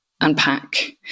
unpack